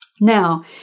Now